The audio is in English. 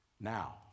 now